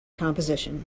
composition